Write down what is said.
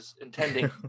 intending